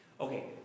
Okay